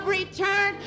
return